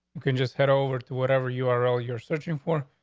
you can just sit over to whatever you are all you're searching for,